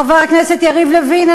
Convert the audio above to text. חבר הכנסת יריב לוין,